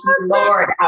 lord